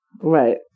Right